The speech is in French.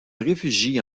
réfugie